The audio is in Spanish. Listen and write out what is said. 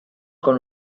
con